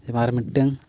ᱟᱨ ᱢᱤᱫᱴᱟᱝ